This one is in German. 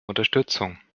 unterstützung